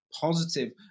positive